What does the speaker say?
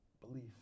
belief